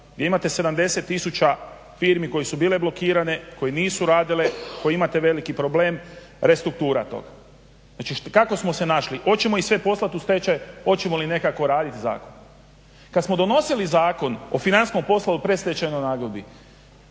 Vi imate 70 000 firmi koje su bile blokirane, koje nisu radile, koje imate veliki problem restruktura tog. Znači kako smo se našli, hoćemo ih sve poslat u stečaj, hoćemo li nekako radit …. Kad smo donosili Zakon o financijskom poslovanju i predstečajnoj nagodbi